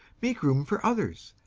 make room for others,